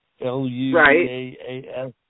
L-U-A-A-S